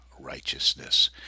righteousness